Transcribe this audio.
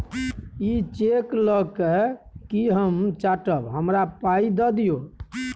इ चैक लए कय कि हम चाटब? हमरा पाइ दए दियौ